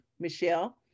Michelle